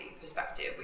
perspective